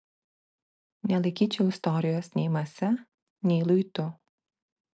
nelaikyčiau istorijos nei mase nei luitu